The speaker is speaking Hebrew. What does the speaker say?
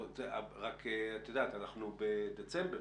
את יודעת, אנחנו בדצמבר.